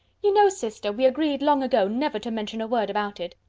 you know, sister, we agreed long ago never to mention a word about it.